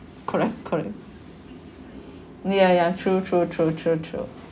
correct correct ya ya true true true true true